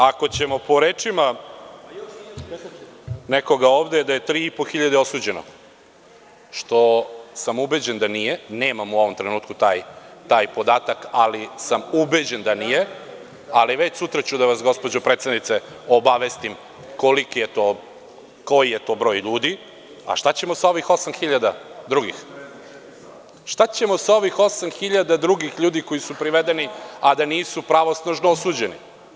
Ako ćemo po rečima nekoga ovde da je tri i po hiljade osuđeno, što sam ubeđen da nije, nemam u ovom trenutku taj podatak, ali sam ubeđen da nije, koliko sutra ću da vas, gospođo predsednice, da vas obavestim koji je to broj ljudi – a šta ćemo sa ovih 8.000 drugih koji su privedeni a da nisu pravosnažno osuđeni?